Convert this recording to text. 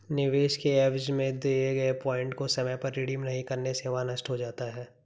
निवेश के एवज में दिए गए पॉइंट को समय पर रिडीम नहीं करने से वह नष्ट हो जाता है